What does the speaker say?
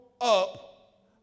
up